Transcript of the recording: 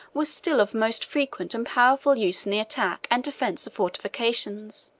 were still of most frequent and powerful use in the attack and defence of fortifications